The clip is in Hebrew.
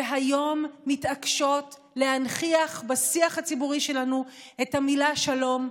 והיום מתעקשות להנכיח בשיח הציבורי שלנו את המילה שלום,